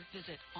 visit